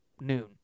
noon